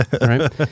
right